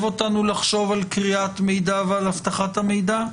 אותנו לחשוב על קריאת מידע ועל אבטחת המידע,